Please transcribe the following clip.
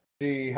see